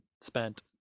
spent